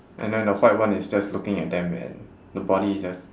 and then the white one is just looking at them and the body is just